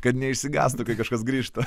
kad neišsigąstų kai kažkas grįžta